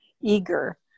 eager